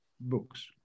books